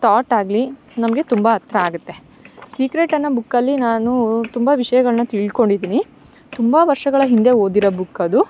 ತಾಟ್ ಆಗಲಿ ನಮಗೆ ತುಂಬ ಹತ್ತಿರ ಆಗುತ್ತೆ ಸೀಕ್ರೆಟನ್ನೊ ಬುಕ್ಕಲ್ಲಿ ನಾನೂ ತುಂಬ ವಿಷಯಗಳನ್ನ ತಿಳ್ಕೊಂಡಿದಿನಿ ತುಂಬ ವರ್ಷಗಳ ಹಿಂದೆ ಓದಿರೋ ಬುಕ್ ಅದು